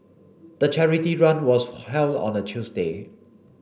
the charity run was held on a Tuesday